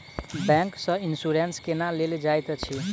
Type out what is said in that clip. bank सँ insurance केना लेल जाइत अछि